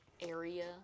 area